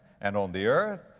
and on the earth,